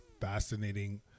fascinating